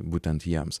būtent jiems